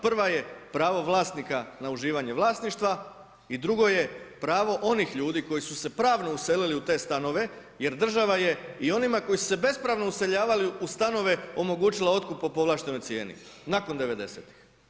Prva je pravo vlasnika na uživanje vlasništva i drugo je pravo onih ljudi koji su se pravno uselili u te stanove jer država je i onima koji su se bespravno useljavali u stanove omogućila otkup po povlaštenoj cijeni nakon devedesetih.